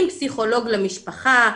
עם פסיכולוג למשפחה,